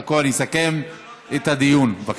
יצחק כהן יסכם את הדיון, בבקשה.